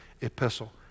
epistle